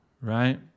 right